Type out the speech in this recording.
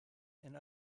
and